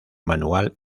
manual